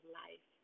life